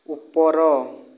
ଉପର